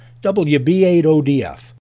WB8ODF